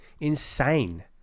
insane